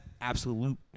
absolute